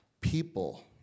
people